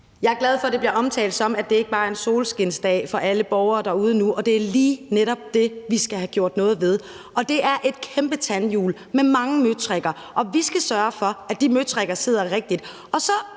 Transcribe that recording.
Jeg er glad for, at det bliver omtalt, som at det ikke bare er en solskinsdag for alle borgere derude nu, og det er lige netop det, vi skal have gjort noget ved. Det er et kæmpe tandhjul med mange møtrikker, og vi skal sørge for, at de møtrikker sidder rigtigt.